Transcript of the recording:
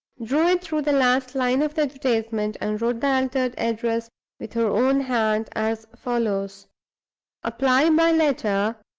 drew it through the last line of the advertisement, and wrote the altered address with her own hand as follows apply, by letter,